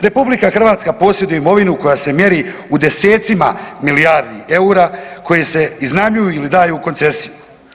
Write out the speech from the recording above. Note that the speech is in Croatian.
RH posjeduje imovinu koja se mjeri u desecima milijardi eura koje se iznajmljuju ili daju u koncesiju.